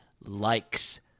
Likes